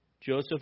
Joseph